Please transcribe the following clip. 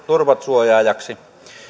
turvasuojaajaksi